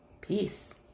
Peace